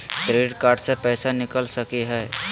Credit card से पैसा निकल सकी हय?